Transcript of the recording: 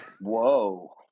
Whoa